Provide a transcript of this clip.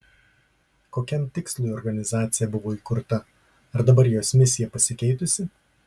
kokiam tikslui organizacija buvo įkurta ar dabar jos misija pasikeitusi